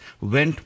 went